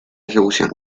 ejecución